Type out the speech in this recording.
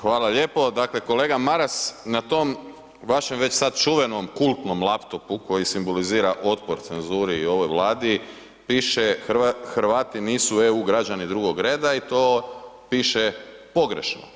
Hvala lijepo, dakle, kolega Maras na tom, vašem već sada čuvenom kultnom laptopu, koji simbolizira otpor cenzuri i ovoj vladi, piše Hrvati nisu EU građani drugog reda i to piše pogrešno.